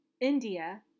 India